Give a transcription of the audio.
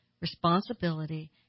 responsibility